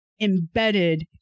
embedded